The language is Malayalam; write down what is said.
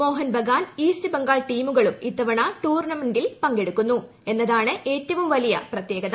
മോഹൻ ബഗ്യാൻ ് ഈസ്റ്റ് ബംഗാൾ ടീമുകളും ഇത്തവണ ടൂർണമെന്റിൽ പ്പ്കെടുക്കുക്കുന്നു എന്നതാണ് ഏറ്റവും വലിയ പ്രത്യേകത